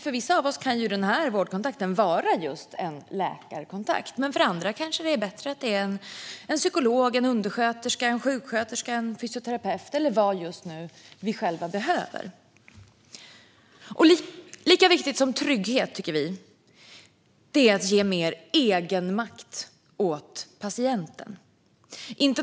För vissa kan denna vårdkontakt vara en läkarkontakt, men för andra kanske det är bättre att det är en psykolog, en undersköterska, en sjuksköterska, en fysioterapeut eller vad just man själv behöver. Lika viktigt som trygghet, tycker vi, är att ge mer egenmakt åt patienten.